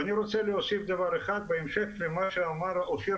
אני רוצה להוסיף דבר אחד בהמשך למה שאמר אופיר